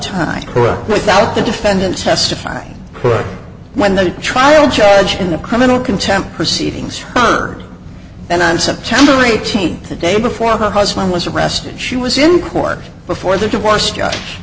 time without the defendants testifying when the trial judge in the criminal contempt proceedings heard then on september eighteenth the day before her husband was arrested she was in court before the divorce j